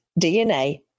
DNA